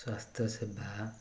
ସ୍ୱାସ୍ଥ୍ୟ ସେବା